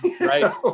Right